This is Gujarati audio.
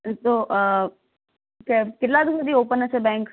તો અ કેટલા વાગ્યા સુધી ઓપન હશે બેન્ક